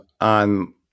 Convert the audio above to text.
on